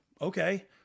Okay